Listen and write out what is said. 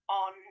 on